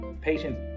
patience